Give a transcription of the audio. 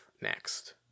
next